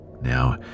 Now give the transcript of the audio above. Now